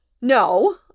No